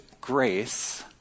grace